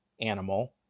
animal